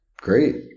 Great